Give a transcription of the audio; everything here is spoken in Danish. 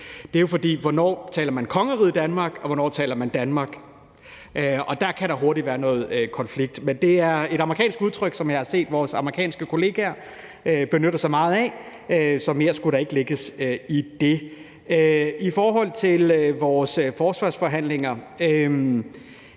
det her med, hvornår man taler kongeriget Danmark, og hvornår man taler Danmark, og der kan der hurtigt være noget konflikt. Men det er et amerikansk udtryk, som jeg har set vores amerikanske kollegaer benytter sig meget af, så mere skulle der ikke lægges i det. I forhold til vores forsvarsforhandlinger